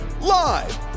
live